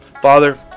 Father